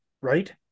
right